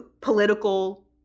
political